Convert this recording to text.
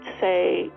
say